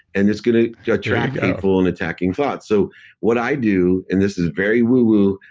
and it's going to attract painful and attacking thoughts. so what i do, and this is very woo woo.